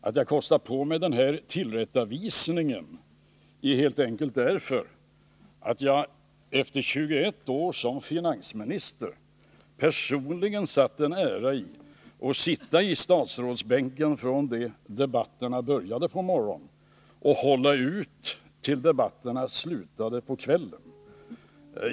Att jag kostar på mig den här tillrättavisningen är helt enkelt därför att jag under 21 år som finansminister personligen satte en ära i att sitta i statsrådsbänken från det debatterna började på morgonen och hålla ut tills debatterna slutade på kvällen.